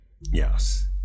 Yes